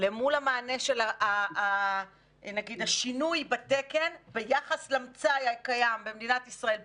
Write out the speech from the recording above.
למול המענה של נגיד השינוי בתקן ביחס למצאי הקיים במדינת ישראל,